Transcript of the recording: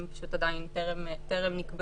הן עדיין טרם נקבעו.